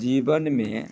जीवनमे